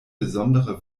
besondere